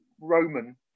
Roman